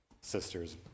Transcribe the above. sister's